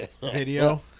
video